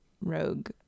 Rogue